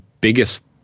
biggest